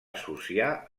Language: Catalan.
associar